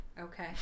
Okay